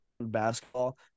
basketball